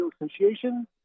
Association